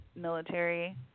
military